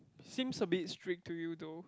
seems a bit strict to you though